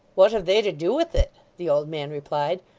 what have they to do with it the old man replied.